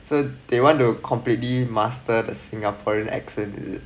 so they want to completely mastered the singaporean accent is it